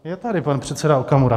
Je tady pan předseda Okamura.